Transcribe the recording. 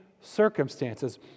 circumstances